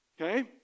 Okay